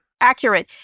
accurate